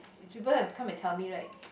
people have to come and tell me like